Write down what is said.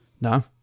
No